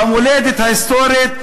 במולדת ההיסטורית,